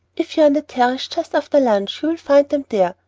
if you are on the terrace just after lunch, you will find them there,